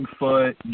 Bigfoot